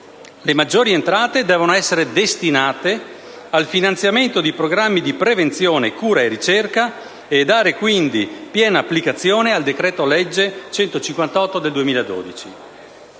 Le maggiori entrate devono essere destinate al finanziamento di programmi di prevenzione, cura e ricerca e dare, quindi, piena applicazione al decreto-legge n. 158 del 2012.